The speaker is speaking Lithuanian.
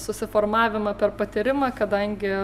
susiformavimą per patyrimą kadangi